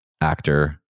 actor